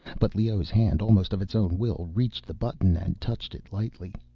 but leoh's hand, almost of its own will, reached the button and touched it lightly.